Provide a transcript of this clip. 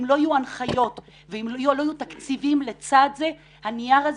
אם לא יהיו הנחיות ואם לא יהיו תקציבים לצד זה הנייר הזה